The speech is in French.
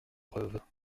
preuves